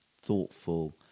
thoughtful